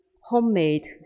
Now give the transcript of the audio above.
homemade